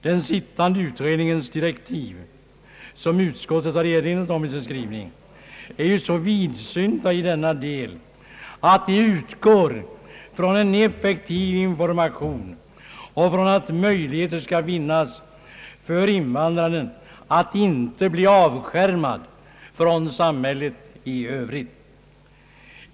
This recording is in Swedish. Den sittande utredningens direktiv, som utskottet i sin skrivning erinrat om, är så vidsynta i detta avseende att de utgår från existensen av en effektiv information och från att möjligheter skall finnas för invandrarna att inte bli avskärmade från samhället i övrigt.